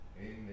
Amen